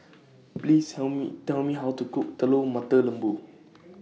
Please help Me Tell Me How to Cook Telur Mata Lembu